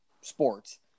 sports